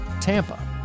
Tampa